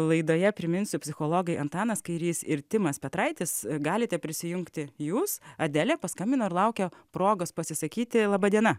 laidoje priminsiu psichologai antanas kairys ir timas petraitis galite prisijungti jūs adelė paskambino ir laukia progos pasisakyti laba diena